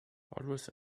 always